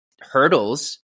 hurdles